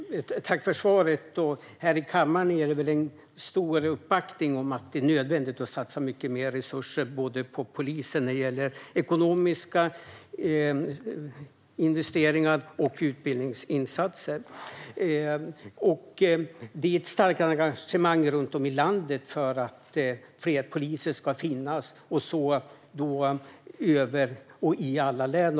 Fru talman! Tack, ministern, för svaret! Här i kammaren är det väl stor uppslutning om att det är nödvändigt att satsa mer resurser på polisen när det gäller både ekonomiska investeringar och utbildningsinsatser. Det finns ett starkt engagemang runt om i landet för att fler poliser ska finnas i alla län.